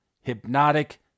Hypnotic